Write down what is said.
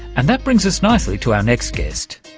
and that brings us nicely to our next guest.